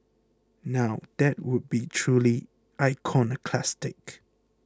now that would be truly iconoclastic